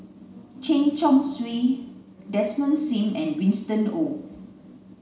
Chen Chong Swee Desmond Sim and Winston Oh